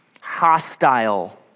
hostile